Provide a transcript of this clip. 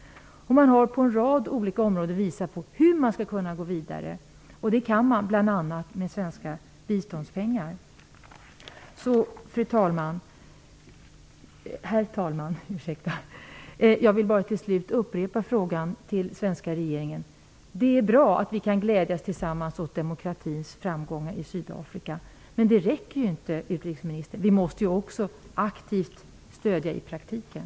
Man har på en rad olika områden visat på hur man skall kunna gå vidare. Det kan man göra, bl.a. med hjälp av svenska biståndspengar. Herr talman! Jag vill till slut upprepa frågan till den svenska regeringen. Det är bra att vi kan glädjas tillsammans över demokratins framgångar i Sydafrika. Men det räcker inte, utrikesministern! Vi måste också ge aktivt stöd i praktiken.